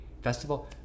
festival